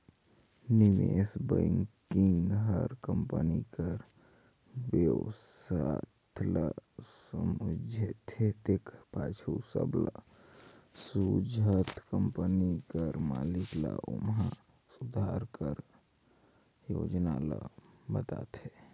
निवेस बेंकिग हर कंपनी कर बेवस्था ल समुझथे तेकर पाछू सब ल समुझत कंपनी कर मालिक ल ओम्हां सुधार करे कर योजना ल बताथे